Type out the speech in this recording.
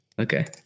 okay